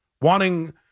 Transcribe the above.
Wanting